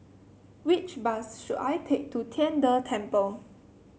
which bus should I take to Tian De Temple